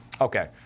Okay